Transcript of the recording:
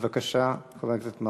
בבקשה, חבר הכנסת מרגי.